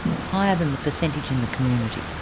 higher than the percentage in the community.